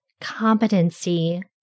competency